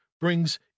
brings